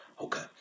Okay